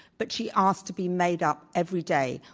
but she asked to be made up every day.